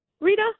Rita